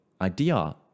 idea